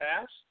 past